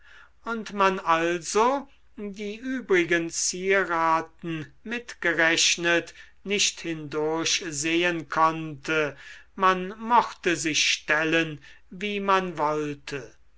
und man also die übrigen zieraten mitgerechnet nicht hindurchsehen konnte man mochte sich stellen wie man wollte